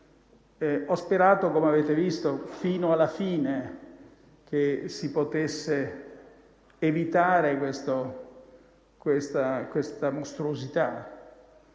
Ho sperato, come avete visto, fino alla fine che si potesse evitare questa mostruosità,